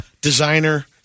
designer